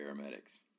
paramedics